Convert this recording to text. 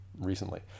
recently